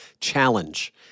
challenge